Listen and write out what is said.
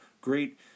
great